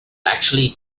actually